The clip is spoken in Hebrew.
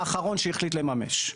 האחרון שהחליט לממש.